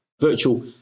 Virtual